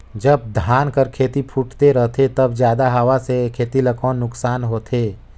जब धान कर खेती फुटथे रहथे तब जादा हवा से खेती ला कौन नुकसान होथे?